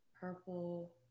Purple